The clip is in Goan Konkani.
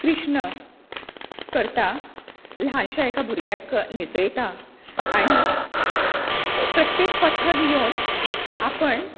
कृष्ण करता ल्हानशा एका भुरग्याक न्हेंसयता आनी अ प्रत्येक पथक येवन आपण